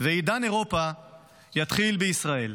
ועידן אירופה יתחיל בישראל.